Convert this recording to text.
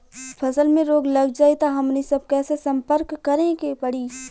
फसल में रोग लग जाई त हमनी सब कैसे संपर्क करें के पड़ी?